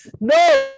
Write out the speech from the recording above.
no